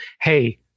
Hey